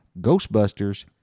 Ghostbusters